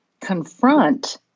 confront